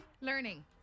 Learning